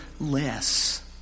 less